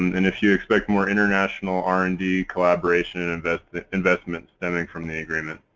and and if you expect more international r and d collaboration and investment investment stemming from the agreement.